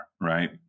Right